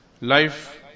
Life